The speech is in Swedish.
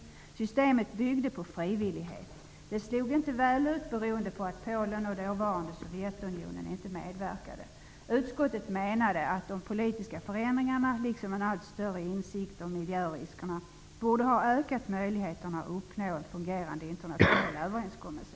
Systemet byggde på frivillighet. Försöket slog inte väl ut beroende på att Polen och dåvarande Sovjetunionen inte medverkade. Utskottet menade att de politiska förändringarna liksom den allt större insikten om miljöriskerna borde ha ökat möjligheterna att uppnå fungerande internationella överenskommelser.